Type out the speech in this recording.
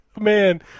man